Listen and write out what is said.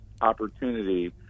opportunity